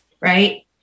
right